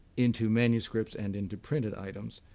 into manuscripts and into printed items,